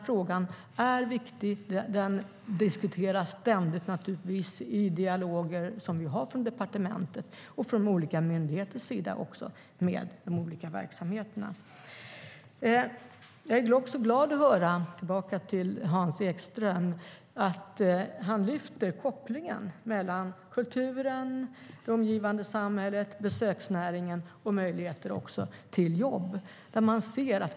Frågan är viktig, och den diskuteras ständigt i dialoger från departementets sida och från olika myndigheters sida med de olika verksamheterna. Jag går tillbaka till Hans Ekströms frågor. Jag är också glad att höra att han lyfter fram kopplingen mellan kulturen, det omgivande samhället, besöksnäringen och möjligheter till jobb.